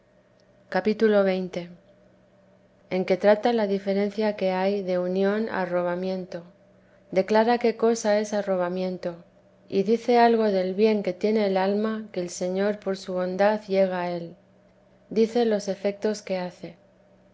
cap xx en que trata la diferencia que hay de unión a arrobamiento declara qué cosa es arrobamiento y dice algo del bien que tiene el alma que el señor por su bondad llega a él dice los efectos que hace